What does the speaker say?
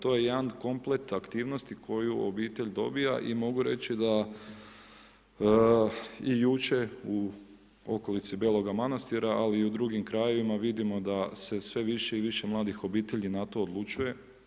To je jedan komplet aktivnosti koju obitelj dobiva i mogu reći, da i jučer u okolici Belog Manastira, ali i u drugim krajevima, vidimo da se sve više mladih obitelji na to odlučuje.